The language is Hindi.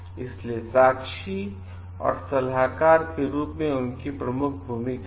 इसलिए साक्षी और सलाहकार के रूप में उनकी प्रमुख भूमिका है